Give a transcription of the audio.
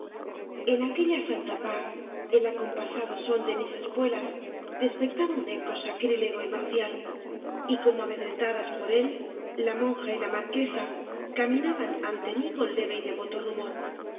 en aquella santa paz el acompasado son de mis espuelas despertaba too obras de valle inclan un eco sacrilego y marcial y como amedrentadas por él la monja y la marquesa caminaban ante mí con leve y devoto rumor